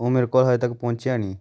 ਉਹ ਮੇਰੇ ਕੋਲ ਹਜੇ ਤੱਕ ਪਹੁੰਚਿਆ ਨਹੀਂ